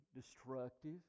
destructive